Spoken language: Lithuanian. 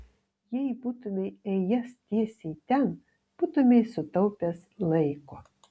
jei būtumei ėjęs tiesiai ten būtumei sutaupęs laiko